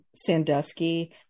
Sandusky